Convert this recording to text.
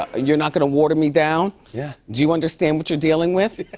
ah you're not gonna water me down? yeah do you understand what you're dealing with?